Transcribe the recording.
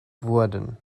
wurden